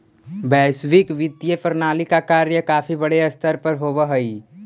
वैश्विक वित्तीय प्रणाली का कार्य काफी बड़े स्तर पर होवअ हई